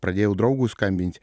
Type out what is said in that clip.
pradėjau draugui skambint